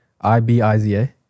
I-B-I-Z-A